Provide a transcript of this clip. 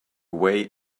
way